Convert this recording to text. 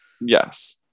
yes